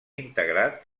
integrat